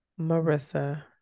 Marissa